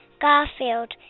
Garfield